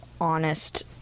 honest